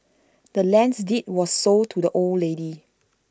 the land's deed was sold to the old lady